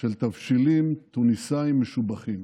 של תבשילים תוניסאיים משובחים.